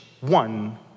one